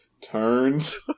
turns